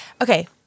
Okay